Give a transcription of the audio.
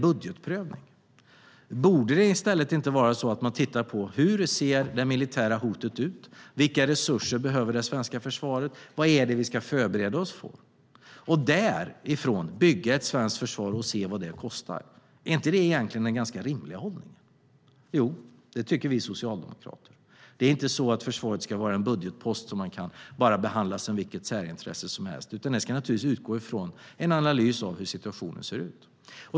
Borde man inte i stället titta på hur det militära hotet ser ut, vilka resurser det svenska försvaret behöver och vad man ska förbereda sig för och därifrån bygga ett svenskt försvar och se vad det kostar. Är inte det egentligen den rimliga hållningen? Jo, det tycker vi socialdemokrater. Det är inte så att försvaret ska vara en budgetpost som kan behandlas som vilket särintresse som helst utan det ska utgå från en analys av hur situationen ser ut.